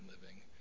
living